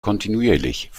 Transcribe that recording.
kontinuierlich